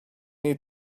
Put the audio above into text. need